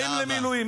באים למילואים,